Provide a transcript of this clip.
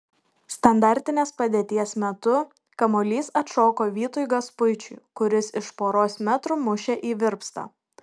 standartinės padėties metu kamuolys atšoko vytui gašpuičiui kuris iš poros metrų mušė į virpstą